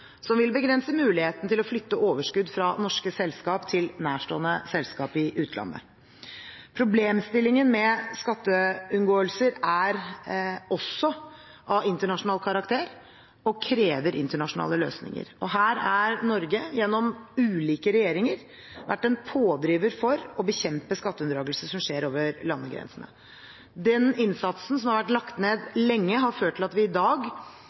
som vil begrense muligheten til å flytte overskudd fra norske selskap til nærstående selskap i utlandet. Problemstillingen med skatteunngåelser er også av internasjonal karakter og krever internasjonale løsninger, og her har Norge – gjennom ulike regjeringer – vært en pådriver for å bekjempe skatteunndragelse som skjer over landegrensene. Den innsatsen som har vært lagt ned lenge, har ført til at vi i dag